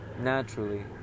naturally